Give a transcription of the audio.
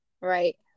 Right